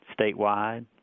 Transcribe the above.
statewide